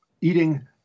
eating